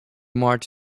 march